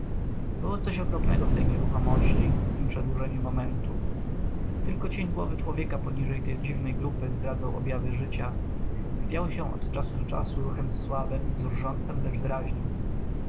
było coś okropnego w tej nieruchomości w tem przedłużeniu momentu tylko cień głowy człowieka poniżej tej dziwnej grupy zdradzał objawy życia chwiał się od czasu do czasu ruchem słabym